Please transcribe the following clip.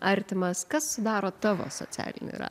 artimas kas sudaro tavo socialinį ratą